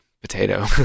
potato